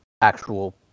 actual